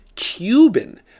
Cuban